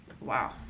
Wow